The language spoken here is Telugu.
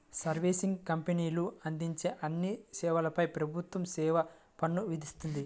సర్వీసింగ్ కంపెనీలు అందించే అన్ని సేవలపై ప్రభుత్వం సేవా పన్ను విధిస్తుంది